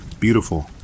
Beautiful